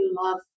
love